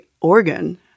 organ